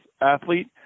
athlete